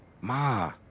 Ma